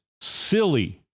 silly